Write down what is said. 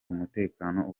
umutekano